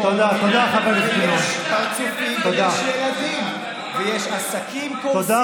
ויש פרצופים ויש ילדים ויש עסקים קורסים,